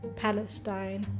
Palestine